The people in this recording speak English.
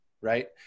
right